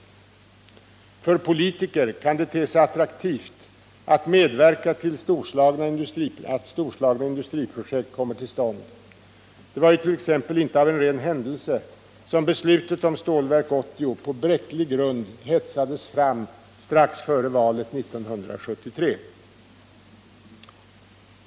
För politiker kan det te sig attraktivt att medverka till att storslagna industriprojekt kommer till stånd. Det var t.ex. inte en ren händelse att beslutet om Stålverk 80 på bräcklig grund hetsades fram strax före valet 1973!